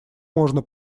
можно